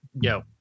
yo